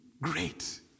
great